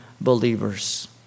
Believers